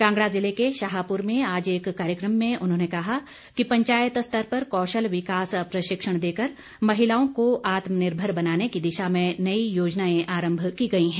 कांगड़ा जिले के शाहपुर में आज एक कार्यक्रम में उन्होंने कहा कि पंचायत स्तर पर कौशल विकास प्रशिक्षण देकर महिलाओं को आत्मनिर्भर बनाने की दिशा में नई योजनाएं आरम्भ की गई हैं